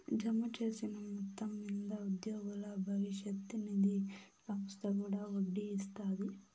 జమచేసిన మొత్తం మింద ఉద్యోగుల బవిష్యత్ నిది సంస్త కూడా ఒడ్డీ ఇస్తాది